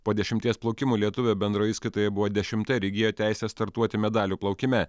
po dešimties plaukimų lietuvė bendroje įskaitoje buvo dešimta ir įgijo teisę startuoti medalių plaukime